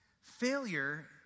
Failure